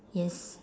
yes